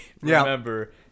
remember